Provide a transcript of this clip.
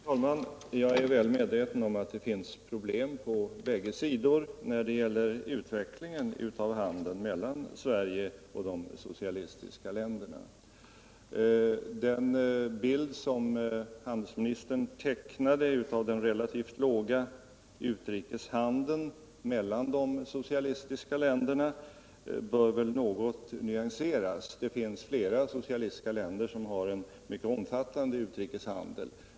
Herr talman! Jag är väl medveten om att det finns problem på bägge sidor när det gäller utvecklingen av handeln mellan Sverige och de socialistiska länderna. Den bild som handelsministern tecknade av den relativt låga utrikeshandeln mellan de socialistiska länderna bör väl något nyanseras. Det finns flera socialistiska länder som har en mycket omfattande utrikeshandel.